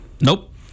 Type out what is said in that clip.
Nope